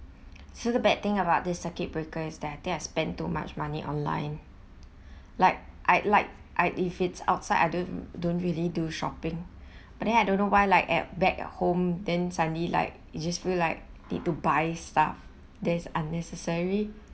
so the bad thing about this circuit breaker is that I think I spent too much money online like I like if it's outside I don't don't really do shopping but then I don't know why like at back at home then suddenly like you just feel like need to buy stuff that is unnecessary